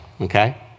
okay